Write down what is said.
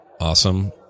Awesome